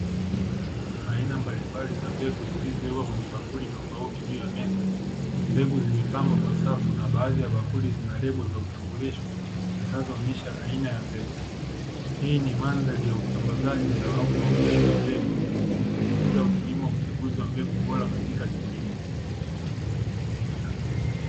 Aina mbalimbali za mbegu zilizowekwa kwenye bakuli za rangi tofauti juu ya meza mbegu zimepangwa kwa safu na baadhi za bakuli zinalebo za utambulisho zinazoonyesha aina ya mbegu, hii ni mandhari ya usambazaji au maonyesho ya mbegu inasisitiza umuhimu wa uchaguzi wa mbegu bora katika kilimo.